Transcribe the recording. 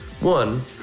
One